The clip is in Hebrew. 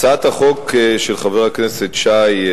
הצעת החוק של חבר הכנסת שי,